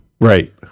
Right